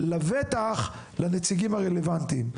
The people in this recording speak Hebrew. לבטח לנציגים הרלוונטיים.